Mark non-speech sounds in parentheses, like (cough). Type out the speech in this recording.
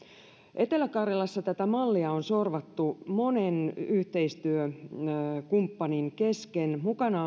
etelä karjalassa tätä mallia on sorvattu monen yhteistyökumppanin kesken mukana (unintelligible)